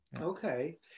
Okay